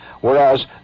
whereas